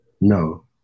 No